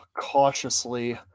cautiously